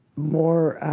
more